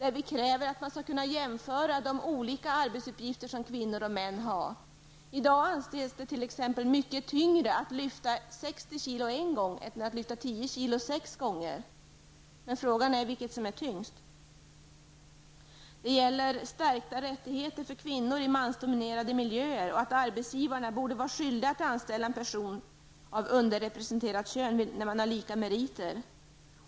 Vi kräver att man skall kunna jämföra de olika arbetsuppgifter som kvinnor och män har. I dag anses det t.ex. mycket tyngre att lyfta 60 kg en gång än att lyfta 10 kg sex gånger. Men frågan är vilket som är tyngst. Det gäller stärkta rättigheter för kvinnor i mansdominerade miljöer. Arbetsgivare borde vara skyldiga att anställa en person av underrepresenterat kön vid likartade meriter.